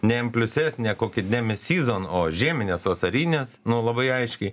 ne m plius s ne koki demesyzon o žieminės vasarinės nu labai aiškiai